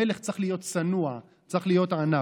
המלך צריך להיות צנוע, צריך להיות ענו.